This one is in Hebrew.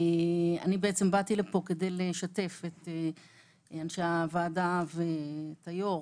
אני באתי כדי לשתף את אנשי הוועדה ואת היו"ר